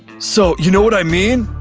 so you know what i mean?